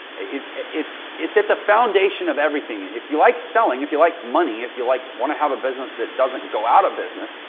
it's, it's it's at the foundation of everything. if you like selling, if you like money, if you like want to have a business that doesn't go out of business,